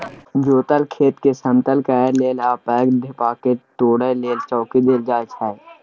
जोतल खेतकेँ समतल करय लेल आ पैघ ढेपाकेँ तोरय लेल चौंकी देल जाइ छै